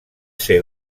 ser